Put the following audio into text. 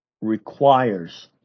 requires